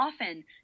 often